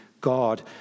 God